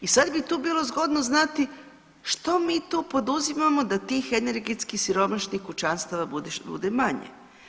I sad bi tu bilo zgodno znati što mi tu poduzimamo da tih energetski siromašnih kućanstava bude što manje?